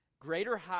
Greater